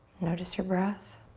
notice your breath.